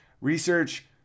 Research